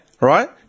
Right